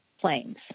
planes